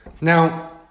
Now